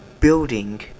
building